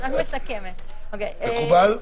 מקובל?